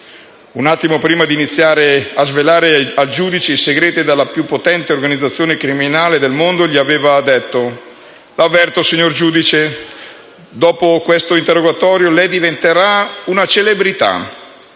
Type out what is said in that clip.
un attimo prima di iniziare a svelare ai giudici i segreti dell'organizzazione criminale più potente del mondo, aveva detto: la avverto, signor giudice, dopo questo interrogatorio lei diventerà una celebrità,